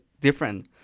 different